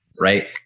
right